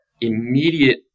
immediate